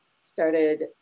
started